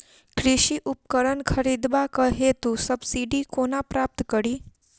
कृषि उपकरण खरीदबाक हेतु सब्सिडी कोना प्राप्त कड़ी?